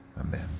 Amen